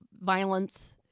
violence